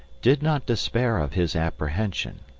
did not despair of his apprehension.